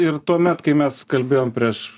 ir tuomet kai mes kalbėjom prieš